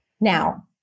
Now